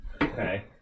Okay